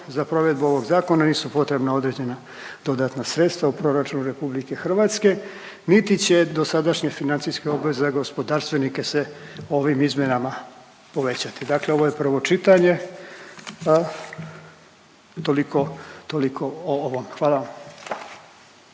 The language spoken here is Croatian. za provedbu ovog zakona nisu potrebna određena dodatna sredstva u proračunu RH niti će dosadašnje financijske obveze za gospodarstvenike se ovim izmjenama povećati. Dakle, ovo je prvo čitanje, toliko, toliko o ovom. Hvala vam.